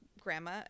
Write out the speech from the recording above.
grandma